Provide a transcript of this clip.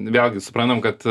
vėlgi suprantam kad